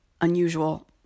unusual